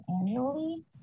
annually